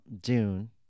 Dune